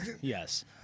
Yes